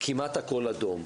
כמעט הכול בצבע אדום.